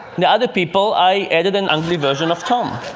the other people, i added an ugly version of tom.